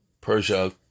Persia